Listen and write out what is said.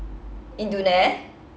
印度 neh